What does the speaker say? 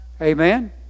Amen